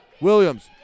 Williams